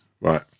Right